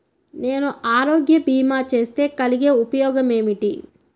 నేను ఆరోగ్య భీమా చేస్తే కలిగే ఉపయోగమేమిటీ?